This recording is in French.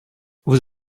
vous